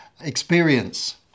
experience